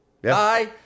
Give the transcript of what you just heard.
Bye